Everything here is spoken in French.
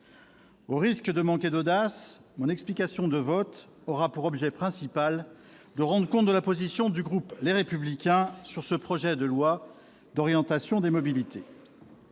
au risque de manquer d'audace, mon explication de vote aura pour objet principal de rendre compte de la position du groupe Les Républicains sur ce projet de loi d'orientation des mobilités.